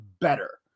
better